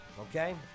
Okay